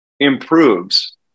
improves